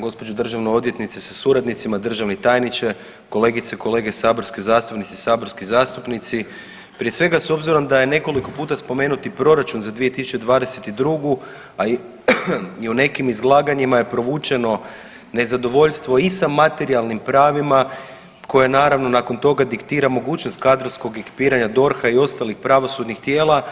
Gospođo državna odvjetnice sa suradnicima, državni tajniče, kolegice i kolege saborske zastupnice i saborski zastupnici prije svega s obzirom da je nekoliko puta spomenut i proračun za 2022., a i u nekim izlaganjima je provučeno nezadovoljstvo i sa materijalnim pravima koje naravno nakon toga mogućnost kadrovskog ekipiranja DORH-a i ostalih pravosudnih tijela